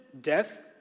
death